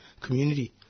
community